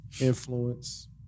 influence